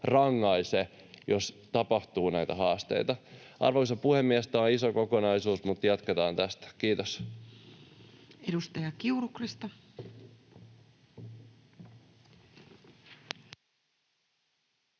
rankaise, jos tapahtuu näitä haasteita. Arvoisa puhemies! Tämä on iso kokonaisuus, mutta jatketaan tästä. — Kiitos. Edustaja Kiuru, Krista. Arvoisa